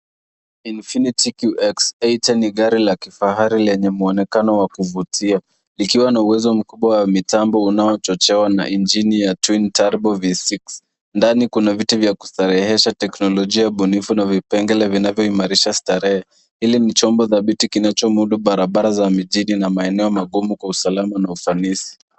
Infiniti QX80 ni gari la kifahari lenye mwonekano wa kuvutia likiwa na uwezo mkubwa wa mitambo unaochochewa na injini ya Twin Turbo V6. Ndani kuna viti vya kustarehesha, teknolojia bunifu na vipengele vinavyoimarisha starehe. Hili chombo dhabiti kinachomudu barabara za mijini na maeneo magumu kwa usalama na ufanisi.